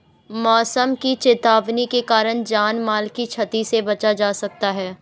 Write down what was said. मौसम की चेतावनी के कारण जान माल की छती से बचा जा सकता है